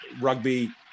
rugby